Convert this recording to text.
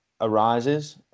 arises